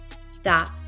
stop